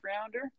rounder